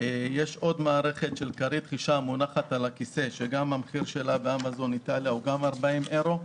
יש מערכת כרית חישה המונחת על כיסא הבטיחות של הילד,